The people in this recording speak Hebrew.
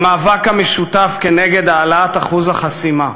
במאבק המשותף נגד העלאת אחוז החסימה.